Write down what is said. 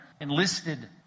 enlisted